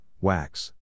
wax